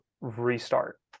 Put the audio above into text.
restart